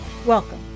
Welcome